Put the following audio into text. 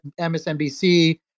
MSNBC